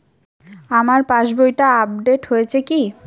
আমার পাশবইটা আপডেট হয়েছে কি?